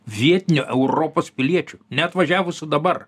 vietinių europos piliečių neatvažiavusių dabar